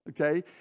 okay